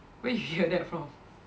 where you hear that from